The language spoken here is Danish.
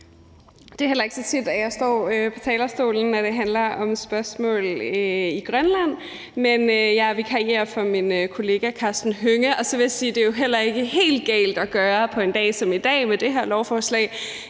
Det er heller ikke så tit, at jeg står på talerstolen, når det handler om spørgsmål i Grønland, men jeg vikarierer for min kollega Karsten Hønge. Så vil jeg sige, at det jo heller ikke er helt galt at gøre på en dag som i dag med det her lovforslag